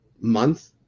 month